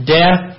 death